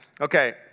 okay